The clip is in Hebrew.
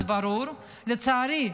לצערי,